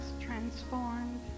transformed